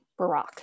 Barack